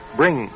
bring